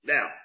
Now